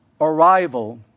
arrival